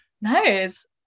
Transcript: Nice